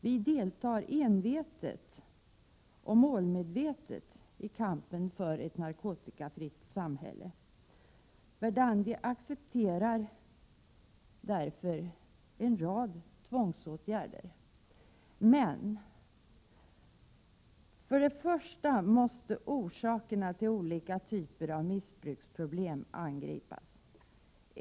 Vi deltar envetet och målmedvetet i kampen för ett narkotikafritt samhälle. Verdandi accepterar därför en rad tvångsåtgärder. Men först måste orsakerna till olika typer av missbruksproblem angripas.